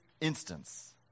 instance